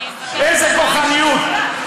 איזו כוחניות?